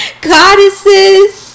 goddesses